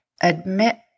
admit